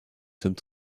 sommes